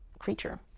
creature